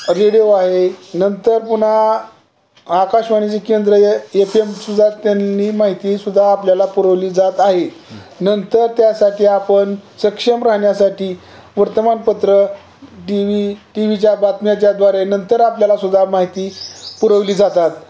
radio आहे नंतर पुन्हा आकाशवाणीचे केंद्र एफ एम सुद्धा त्यांनी माहितीसुद्धा आपल्याला पुरवली जात आहे नंतर त्यासाठी आपण सक्षम राहण्यासाठी वर्तमानपत्र टी व्ही टीव्हीच्या बातम्याच्याद्वारे नंतर आपल्यालासुद्धा माहिती पुरवली जातात